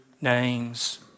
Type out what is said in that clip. names